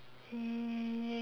um